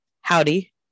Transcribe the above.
howdy